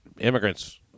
immigrants